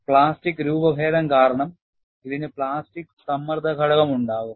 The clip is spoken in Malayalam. പ്ലാസ്റ്റിക് രൂപഭേദം കാരണം ഇതിന് പ്ലാസ്റ്റിക് സ്ട്രെയിൻ ഘടകം ഉണ്ടാകും